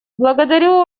благодарю